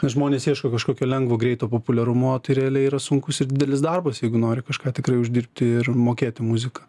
žmonės ieško kažkokio lengvo greito populiarumo tai realiai yra sunkus ir didelis darbas jeigu nori kažką tikrai uždirbti ir mokėti muziką